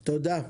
תודה.